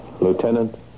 Lieutenant